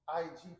ig